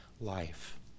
life